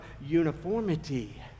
uniformity